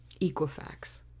Equifax